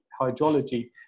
hydrology